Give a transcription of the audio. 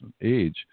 age